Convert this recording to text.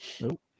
nope